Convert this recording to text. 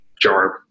jar